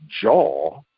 jaw